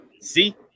see